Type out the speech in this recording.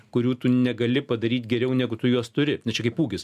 kurių tu negali padaryt geriau negu tu juos turi na čia kaip ūgis